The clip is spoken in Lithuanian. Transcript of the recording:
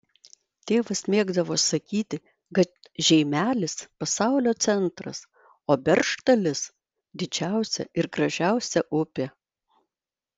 tėvas mėgdavo sakyti kad žeimelis pasaulio centras o beržtalis didžiausia ir gražiausia upė